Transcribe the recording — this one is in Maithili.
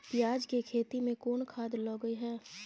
पियाज के खेती में कोन खाद लगे हैं?